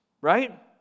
right